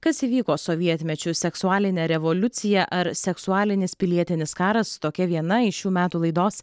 kas įvyko sovietmečiu seksualinė revoliucija ar seksualinis pilietinis karas tokia viena iš šių metų laidos